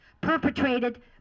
perpetrated